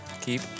Keep